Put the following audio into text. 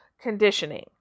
conditioning